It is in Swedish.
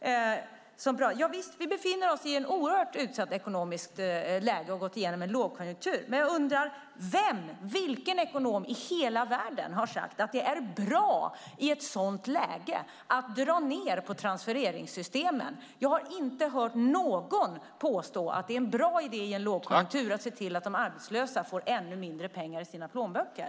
Javisst, vi befinner oss i ett oerhört utsatt ekonomiskt läge, och vi har gått igenom en lågkonjunktur. Men jag undrar vilken ekonom i hela världen som har sagt att det i ett sådant läge är bra att dra ned på transfereringssystemen. Jag har inte hört någon påstå att det är en bra idé i en lågkonjunktur att se till att de arbetslösa får ännu mindre pengar i sina plånböcker.